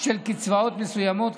של קצבאות מסוימות,